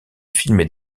filmer